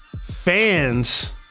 fans